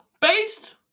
based